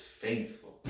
faithful